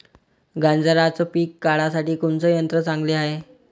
गांजराचं पिके काढासाठी कोनचे यंत्र चांगले हाय?